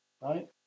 right